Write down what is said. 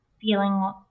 feeling